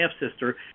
half-sister